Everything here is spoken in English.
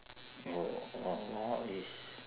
orh orh all is